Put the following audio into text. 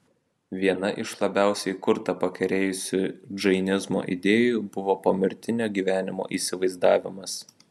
viena iš labiausiai kurtą pakerėjusių džainizmo idėjų buvo pomirtinio gyvenimo įsivaizdavimas